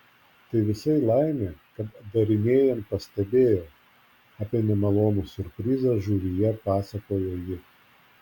tai visa laimė kad darinėjant pastebėjau apie nemalonų siurprizą žuvyje pasakojo ji